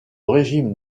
régime